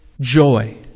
joy